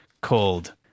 called